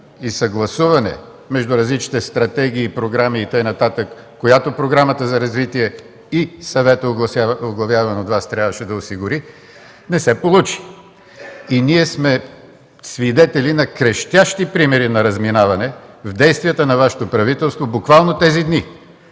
и съгласуване между различните стратегии, програми и така нататък, която програмата за развитие и съветът, оглавяван от Вас, трябваше да осигури, не се получи. Ние сме свидетели на крещящи примери на разминаване в действията на Вашето правителство буквално тези дни.